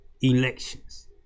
elections